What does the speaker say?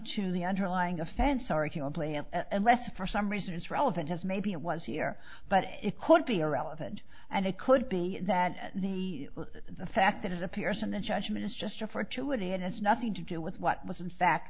o the underlying offense arguably and unless for some reason it's relevant is maybe it was here but it could be irrelevant and it could be that the the fact that it appears in the judgment is just referred to it has nothing to do with what was in fact